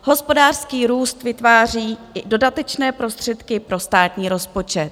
Hospodářský růst vytváří i dodatečné prostředky pro státní rozpočet.